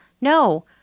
No